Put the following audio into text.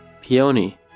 Peony